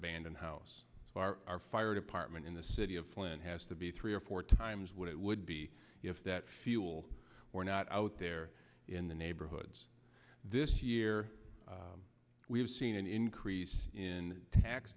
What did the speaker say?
abandoned house our fire department in the city of flint has to be three or four times what it would be if that fuel were not out there in the neighborhoods this year we've seen an increase in tax